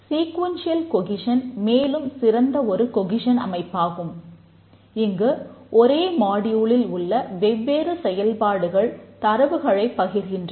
sequential கொகிசன் உள்ள வெவ்வேறு செயல்பாடுகள் தரவுகளைப் பகிர்கின்றன